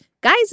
guys